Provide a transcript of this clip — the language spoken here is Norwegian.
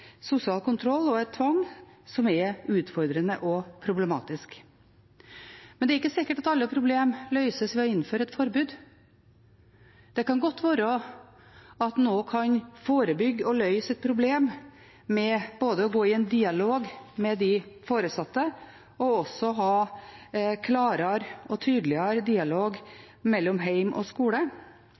sosial kontroll og tvang, noe som er utfordrende og problematisk. Men det er ikke sikkert alle problemer løses ved å innføre et forbud. Det kan godt være at en kan forebygge og løse et problem med både å gå i en dialog med de foresatte, og også å ha en klarere og tydeligere dialog mellom hjem og skole.